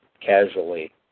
casually